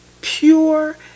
pure